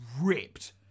ripped